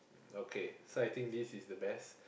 okay so I think this is the best